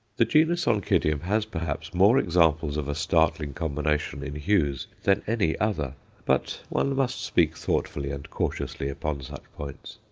the genus oncidium has, perhaps, more examples of a startling combination in hues than any other but one must speak thoughtfully and cautiously upon such points.